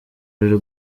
ruri